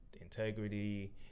integrity